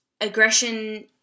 aggression